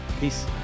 Peace